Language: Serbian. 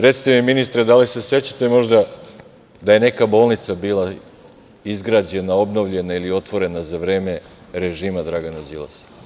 Recite mi ministre, da li se sećate možda da je neka bolnica bila izgrađena, obnovljena ili otvorena za vreme režima Dragana Đilasa?